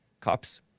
cops